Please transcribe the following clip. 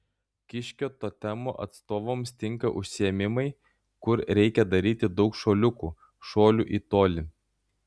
kiškio totemo atstovams tinka užsiėmimai kur reikia daryti daug šuoliukų šuolių į tolį